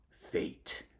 fate